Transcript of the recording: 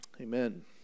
Amen